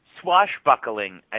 swashbuckling